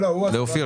לאופיר